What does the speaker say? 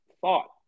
thought